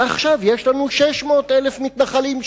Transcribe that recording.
ועכשיו יש לנו 600,000 מתנחלים,